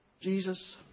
Jesus